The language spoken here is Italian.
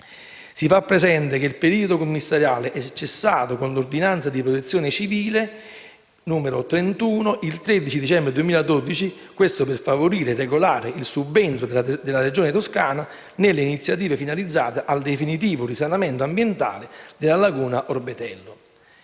Si fa presente che il periodo commissariale è cessato con l'ordinanza di Protezione civile n. 31 il 13 dicembre 2012, per favorire il regolare subentro della Regione Toscana nelle iniziative finalizzate al definitivo risanamento ambientale della laguna di Orbetello.